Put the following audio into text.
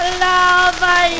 love